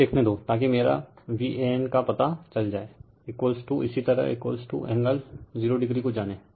मुझे लिखने दो ताकि मेरा Van क पता चल जायेइसी तरह एंगल 0o को जाने